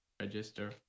register